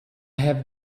have